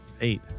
Eight